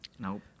Nope